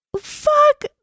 fuck